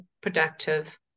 productive